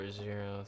zero